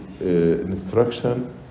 instruction